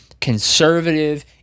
conservative